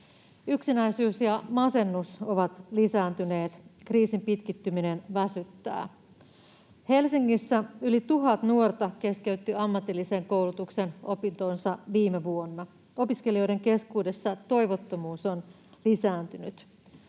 Yksinäisyys ja masennus ovat lisääntyneet, kriisin pitkittyminen väsyttää. Helsingissä yli tuhat nuorta keskeytti ammatillisen koulutuksen opintonsa viime vuonna. Opiskelijoiden keskuudessa toivottomuus on lisääntynyt.